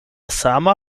sama